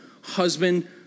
husband